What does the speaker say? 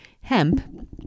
hemp